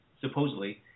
supposedly